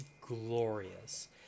glorious